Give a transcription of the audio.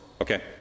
Okay